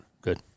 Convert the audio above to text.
Good